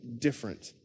different